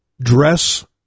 dress